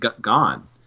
gone